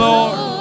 Lord